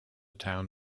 town